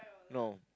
no